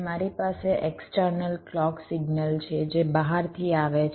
મારી પાસે external clock signal છે જે બહારથી આવે છે